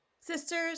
Sisters